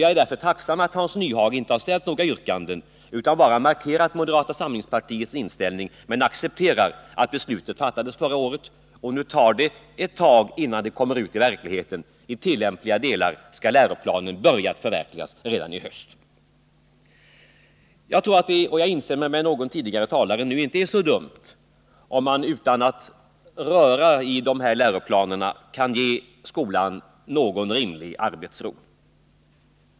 Jag är därför tacksam att Hans Nyhage inte har ställt några yrkanden utan bara markerat moderata samlingspartiets inställning och accepterat att beslutet fattades 45 förra året och att det nu tar ett tag innan det kan omsättas i verkligheten. I tillämpliga delar skall läroplanen börja förverkligas redan i höst. Jag håller med den talare som tidigare sade att det inte vore så dumt om vi nu utan att röra i dessa läroplaner kunde ge skolan rimlig arbetsro.